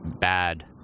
bad